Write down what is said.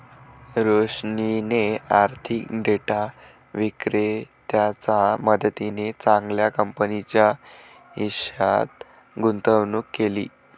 रोशनीने आर्थिक डेटा विक्रेत्याच्या मदतीने चांगल्या कंपनीच्या हिश्श्यात गुंतवणूक केली